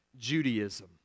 Judaism